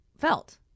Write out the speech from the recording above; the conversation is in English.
felt